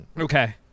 Okay